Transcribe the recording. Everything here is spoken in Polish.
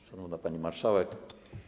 Szanowna Pani Marszałek!